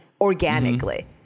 organically